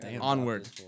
onward